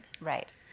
Right